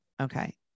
Okay